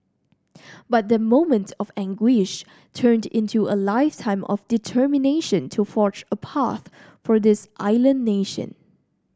but that moment of anguish turned into a lifetime of determination to forge a path for this island nation